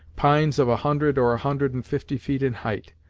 pines of a hundred or a hundred and fifty feet in height,